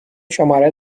شماره